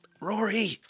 Rory